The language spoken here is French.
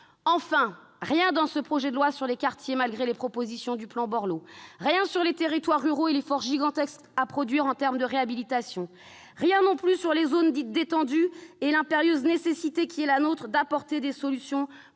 loi, on ne trouve rien sur les quartiers, malgré les propositions du plan Borloo ; rien sur les territoires ruraux et l'effort gigantesque à produire en termes de réhabilitation ; rien non plus sur les zones dites « détendues »; rien sur l'impérieuse obligation qui est la nôtre d'apporter des solutions